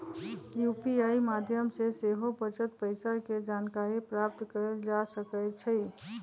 UPI माध्यम से सेहो बचल पइसा के जानकारी प्राप्त कएल जा सकैछइ